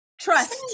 Trust